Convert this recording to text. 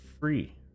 free